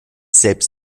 selbst